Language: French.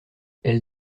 elle